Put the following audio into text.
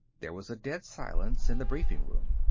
there was a dead silence in the briefing room.